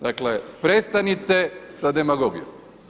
Dakle, prestanite sa demagogijom.